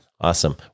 Awesome